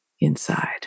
inside